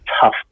tough